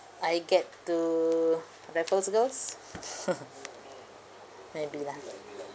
I get to raffles girls' maybe lah